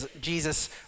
Jesus